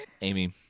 Amy